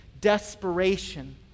desperation